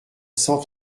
cent